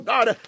God